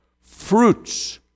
fruits